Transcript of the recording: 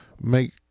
make